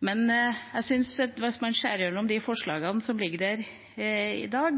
Jeg syns at hvis man ser gjennom de forslagene som ligger her i dag,